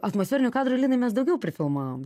atmosferinių kadrų linai mes daugiau prifilmavom